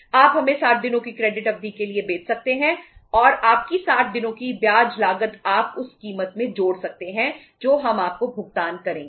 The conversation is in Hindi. आप हमें 60 दिनों की क्रेडिट अवधि के लिए बेच सकते हैं और आपकी 60 दिनों की ब्याज लागत आप उस कीमत में जोड़ सकते हैं जो हम आपको भुगतान करेंगे